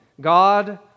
god